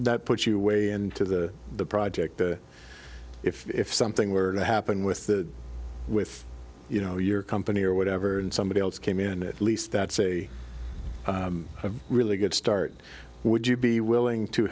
that puts you way into the the project if something were to happen with the with you know your company or whatever and somebody else came in at least that's a really good start would you be willing to